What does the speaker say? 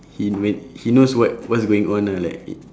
he even he knows what what's going on ah like